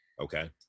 Okay